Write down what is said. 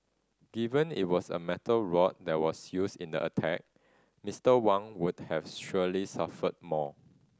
given it was a metal rod that was used in the attack Mister Wang would have surely suffered more